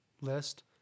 list